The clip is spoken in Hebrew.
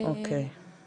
נעבור שקף.